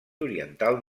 oriental